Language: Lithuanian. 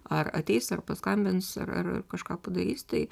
ar ateis ar paskambins ar ar kažką padarys tai